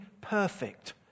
perfect